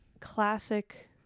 classic